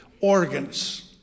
Organs